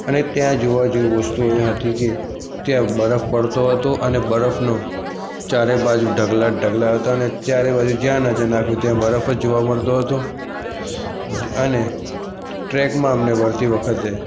અને ત્યાં જોવા જેવું વસ્તુ એ હતી કે ત્યાં બરફ પડતો હતો અને બરફનો ચારે બાજુ ઢગલા જ ઢગલા હતા અને ચારે બાજુ જ્યાં નજર નાખું ત્યાં બરફ જ જોવા મળતો હતો અને ટ્રૅકમાં અમને વળતી વખતે